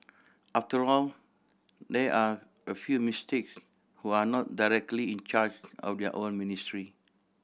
after all there are a few mistakes who are not directly in charge of their own ministry